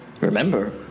Remember